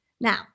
Now